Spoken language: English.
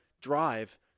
drive